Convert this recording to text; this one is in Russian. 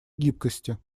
гибкости